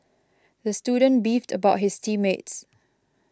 the student beefed about his team mates